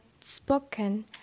spoken